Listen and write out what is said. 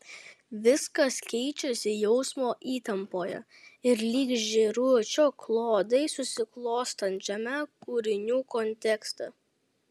viskas keičiasi jausmo įtampoje ir lyg žėručio klodai susiklostančiame kūrinių kontekste